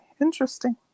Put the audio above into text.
interesting